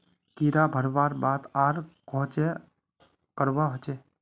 कीड़ा भगवार बाद आर कोहचे करवा होचए?